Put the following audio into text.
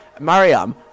mariam